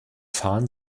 fahren